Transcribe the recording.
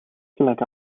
gelijk